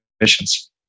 emissions